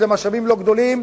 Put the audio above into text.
אלה משאבים לא גדולים,